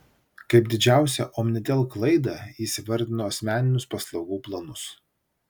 kaip didžiausią omnitel klaidą jis įvardino asmeninius paslaugų planus